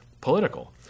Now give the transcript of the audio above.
political